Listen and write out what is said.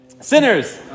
Sinners